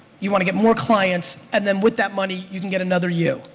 you want to get more clients and then with that money you get another you?